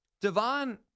Devon